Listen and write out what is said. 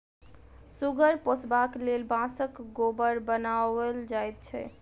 सुगर पोसबाक लेल बाँसक खोभार बनाओल जाइत छै